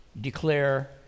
declare